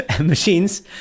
machines